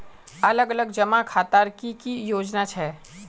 अलग अलग जमा खातार की की योजना छे?